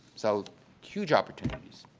so huge opportunities.